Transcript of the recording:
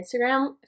Instagram